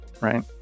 right